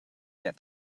get